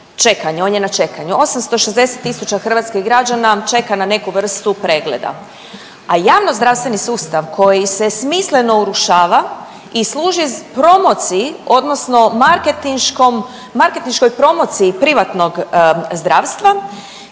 čekanje, on je na čekanju. 860.000 hrvatskih građana čeka na neku vrstu pregleda, a javno zdravstveni sustav koji se smisleno urušava i služi promociji odnosno marketinškoj promociji privatnog zdravstva